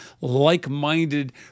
like-minded